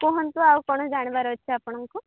କୁହନ୍ତୁ ଆଉ କ'ଣ ଜାଣିବାର ଅଛି ଆପଣଙ୍କୁ